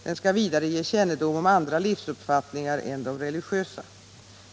Den skall vidare ge kännedom om andra livsuppfattningar än de religiösa.